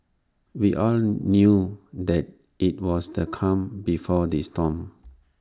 we all knew that IT was the calm before the storm